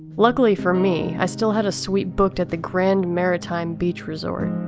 lucky for me, i still had a suite booked at the grand maritime beach resort.